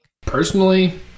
personally